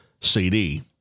CD